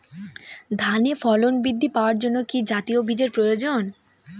ধানে ফলন বৃদ্ধি পাওয়ার জন্য কি জাতীয় বীজের প্রয়োজন?